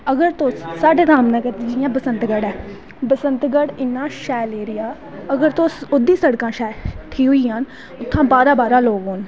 अगर तुस साढ़े राम नगर जियां बसंतगढ़ ऐ बसंतगढ़ इन्ना सैल एरिया ऐ अगर उद्दर शड़कां ठीक होई जान उत्थैं बाह्रा बाह्रा दा लोग औंन